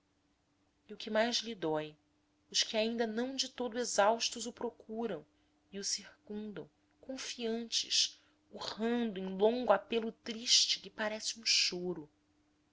e o que mais lhe dói os que ainda não de todo exaustos o procuram e o circundam confiantes urrando em longo apelo triste que parece um choro